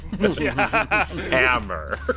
Hammer